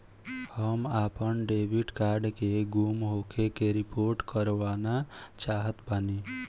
हम आपन debit card के गुम होखे के रिपोर्ट करवाना चाहत बानी